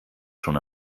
schon